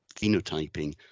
phenotyping